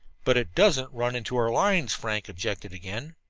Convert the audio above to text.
but it doesn't run into our lines, frank objected again.